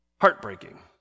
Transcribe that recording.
heartbreaking